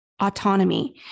autonomy